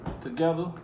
together